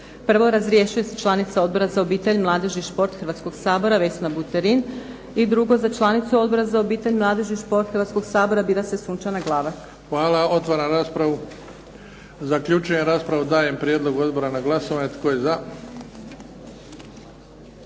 Prvo, razrješuje se članica Odbora za obitelj, mladež i šport hrvatskog Sabora Vesna Buterin i drugo za članicu Odbora za obitelj, mladež i šport hrvatskog Sabora bira se Sunčana Glavak. **Bebić, Luka (HDZ)** Hvala. Otvaram raspravu. Zaključujem raspravu. Dajem prijedlog odbora na glasovanje.